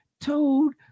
told